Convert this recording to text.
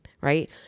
right